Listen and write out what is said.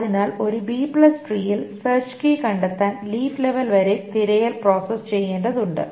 അതിനാൽ ഒരു ബി ട്രീയിൽ B tree സെർച് കീ കണ്ടെത്താൻ ലീഫ് ലെവൽ വരെ തിരയൽ പ്രോസസ്സ് ചെയ്യേണ്ടതുണ്ട്